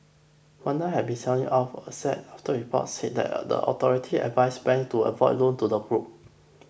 Wanda have been selling off assets after reports said that the authorities advised banks to avoid loans to the group